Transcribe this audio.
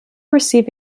receive